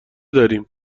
داریم